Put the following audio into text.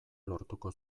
lortuko